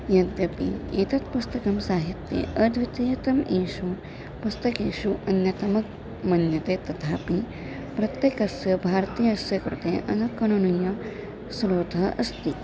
यद्यपि एतत् पुस्तकं साहित्ये अद्वितीयतम् एषु पुस्तकेषु अन्यतमः मन्यते तथापि प्रत्येकस्य भारतीयस्य कृते अनुकरणियश्रोतः अस्ति